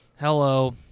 hello